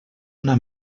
una